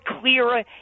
clearer